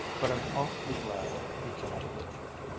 but i'm awfully glad you came to lydford.